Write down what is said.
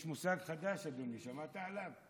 יש מושג חדש, אדוני, שמעת עליו?